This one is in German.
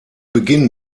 beginn